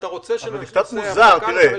אתה רוצה שנעשה הפסקה לחמש דקות?